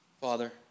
Father